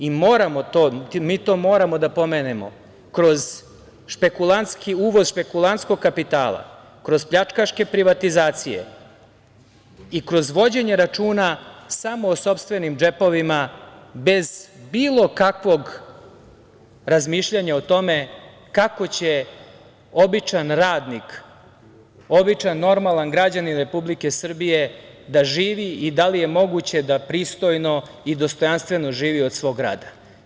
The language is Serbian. Moramo to da pomenemo kroz špekulantski uvoz špekulantskog kapitala, kroz pljačkaške privatizacije i kroz vođenje računa samo o sopstvenim džepovima bez bilo kakvog razmišljanja o tome kako će običan radnik, običan normalan građanin Republike Srbije da živi i da li je moguće da pristojno i dostojanstveno živi od svog rada.